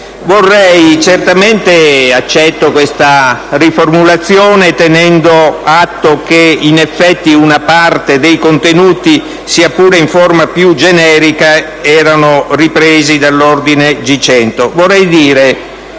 Certamente accetto questa riformulazione, prendendo atto che in effetti una parte dei contenuti, sia pure in forma più generica, erano ripresi dall'ordine del